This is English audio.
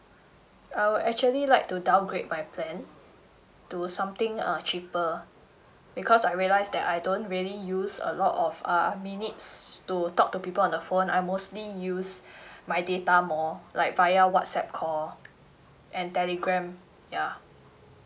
I would actually like to downgrade my plan to something ah cheaper because I realised that I don't really use a lot of ah minutes to talk to people on the phone I mostly use my data more like via whatsapp call and telegram ya